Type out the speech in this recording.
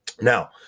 Now